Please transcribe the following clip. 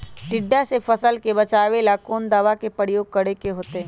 टिड्डा से फसल के बचावेला कौन दावा के प्रयोग करके होतै?